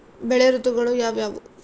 ಬೆಳೆ ಋತುಗಳು ಯಾವ್ಯಾವು?